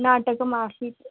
नाटकम् आसीत्